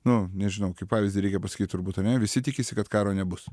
nu nežinau kaip pavyzdį reikia pasakyt turbūt ane visi tikisi kad karo nebus